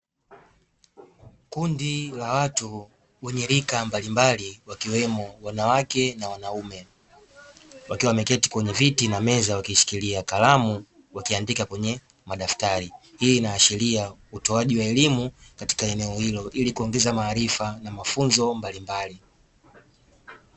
Kundi la watu wenye rika mbalimbali wakiwemo wanawake na wanaume, wakiwa wameketi kwenye viti na meza na kushikilia kalamu wakiandika kwenye madaftari. Hii inaashiria utoaji wa elimu katika eneo hilo ili kuongeza mafunzo na maarifa mbalimbali.